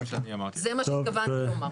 זה מה שהתכוונתי לומר.